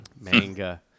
Manga